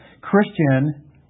Christian